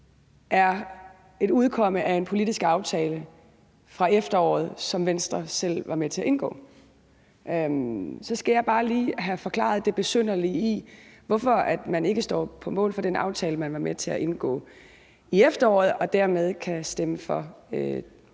er et udkomme af en politisk aftale fra efteråret, som Venstre selv var med til at indgå. Så skal jeg bare lige have forklaret det besynderlige i, hvorfor man ikke står på mål for den aftale, man var med til at indgå i efteråret, og dermed kan stemme for